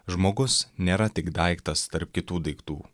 žmogus nėra tik daiktas tarp kitų daiktų